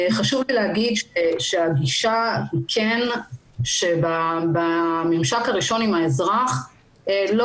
חשוב לי לומר שהגישה היא שבממשק הראשון עם האזרח לא